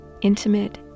intimate